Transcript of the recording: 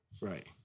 Right